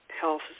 health